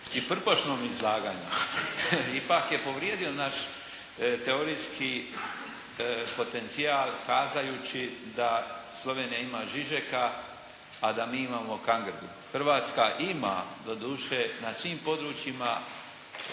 i prpošnom izlaganju. Ipak je povrijedio naš teorijski potencijal kazajući da Slovenija ima Žižeka pa da mi imamo …/Govornik se ne razumije./… Hrvatska ima doduše na svim područjima